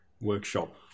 Workshop